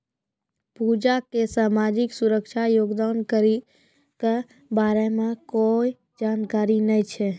पूजा क सामाजिक सुरक्षा योगदान कर के बारे मे कोय जानकारी नय छै